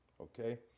Okay